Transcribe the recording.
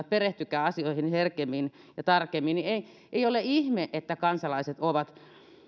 perehtykää asioihin herkemmin ja tarkemmin niin ei ei ole ihme että kansalaiset ovat